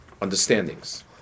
understandings